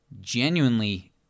genuinely